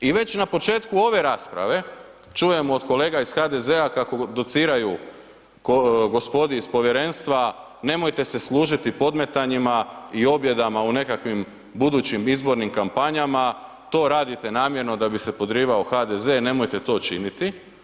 I već na početku ove rasprave čujem od kolega iz HDZ-a kako dociraju gospodi iz povjerenstva nemojte se služiti podmetanjima i objedama u nekakvim budućim izbornim kampanjama, to radite namjerno da bi se podrivao HDZ, nemojte to činiti.